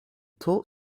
taught